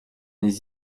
les